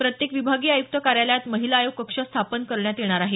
प्रत्येक विभागीय आयुक्त कार्यालयात महिला आयोग कक्ष स्थापन करण्यात येणार आहे